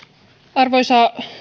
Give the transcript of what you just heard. arvoisa